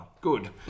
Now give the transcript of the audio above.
good